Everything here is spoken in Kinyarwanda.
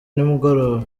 nimugoroba